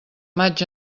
maig